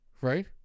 Right